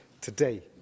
today